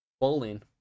bowling